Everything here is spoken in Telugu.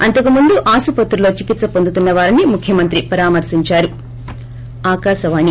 అంతకు ముందు ఆసుపత్రిలో చిక్పిత్ప పొందుతున్న వారిని ముఖ్యమంత్రి పరామర్పించారు